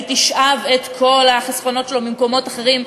היא תשאב את כל החסכונות שלו ממקומות אחרים,